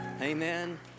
Amen